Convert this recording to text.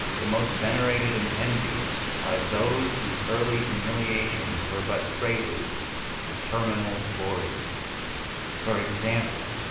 the most venerated and envied are those whose early humiliations were but preludes to terminal glories for example,